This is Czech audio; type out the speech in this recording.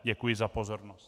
Děkuji za pozornost.